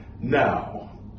Now